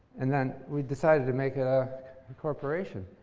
and then we decided to make it a corporation.